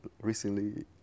recently